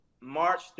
March